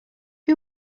who